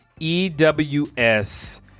ews